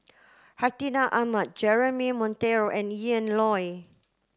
Hartinah Ahmad Jeremy Monteiro and Ian Loy